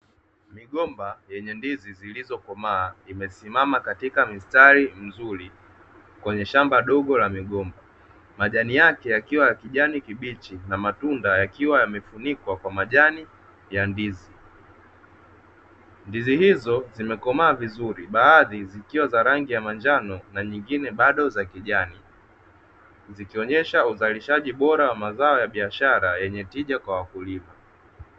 Migomba yenye ndizi zilizokomaa imesimama katika mstari mzuri kwenye shamba dogo la migomba, majani yake yakiwa ya kijani kibichi na matunda yakiwa yamefunikwa kwa majani ya ndizi. Ndizi hizo zimekomaa vizuri, baadhi zikiwa za rangi ya manjano na nyingine bado za kijani, zikionyesha uzalishaji bora wa mazao ya biashara yenye tija kwa wakulima.